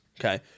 Okay